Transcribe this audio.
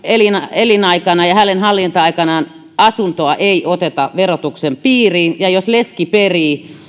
elinaikana ja ja hänen hallinta aikanaan asuntoa ei oteta verotuksen piiriin ja jos leski perii